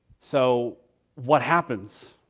so what happens?